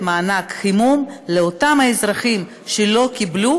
מענק חימום לאותם אזרחים שלא קיבלו,